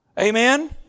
Amen